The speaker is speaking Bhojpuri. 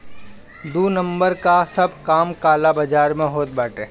दू नंबर कअ सब काम काला बाजार में होत बाटे